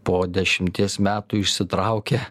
po dešimties metų išsitraukia